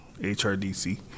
HRDC